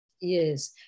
Yes